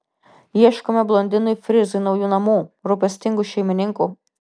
ieškome blondinui frizui naujų namų rūpestingų šeimininkų